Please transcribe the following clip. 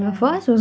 yeah